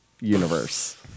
universe